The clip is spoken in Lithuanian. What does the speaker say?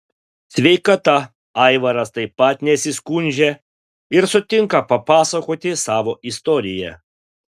sveikata aivaras taip pat nesiskundžia ir sutinka papasakoti savo istoriją